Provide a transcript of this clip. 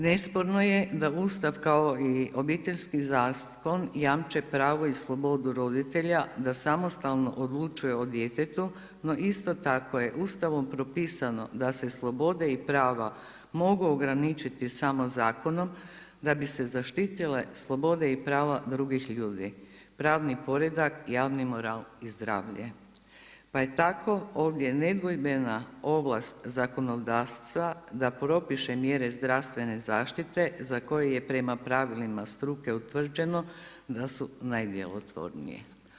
Nesporno je da Ustav kao i Obiteljski zakon jamče pravo i slobodu roditelja da samostalno odlučuje o djetetu, no isto tako je Ustavom propisano da se slobode i prava mogu ograničiti samo zakonom da bi se zaštitile slobode i prava drugih ljudi, pravni poredak, javni moral i zdravlje, pa je tako ovdje nedvojbena ovlast zakonodavca da propiše mjere zdravstvene zaštite za koje je prema pravilima struke utvrđeno da su najdjelotvornije.